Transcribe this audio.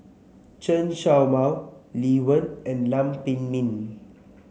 Chen Show Mao Lee Wen and Lam Pin Min